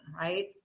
right